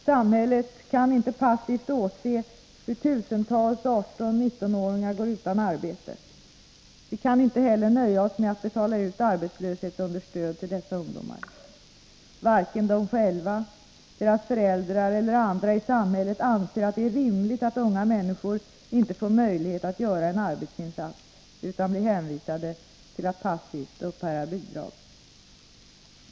Samhället kan inte passivt åse hur tusentals 18 och 19-åringar går utan arbete. Vi kan inte heller nöja oss med att betala ut arbetslöshetsunderstöd till dessa ungdomar. Varken de själva, deras föräldrar eller andra i samhället anser att det är rimligt att unga människor inte får möjlighet att göra en arbetsinsats utan blir hänvisade till att passivt uppbära bidrag.